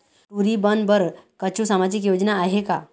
टूरी बन बर कछु सामाजिक योजना आहे का?